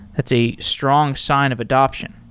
that's a strong sign of adaption.